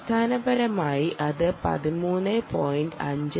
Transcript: അടിസ്ഥാനപരമായി അത് 13